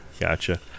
Gotcha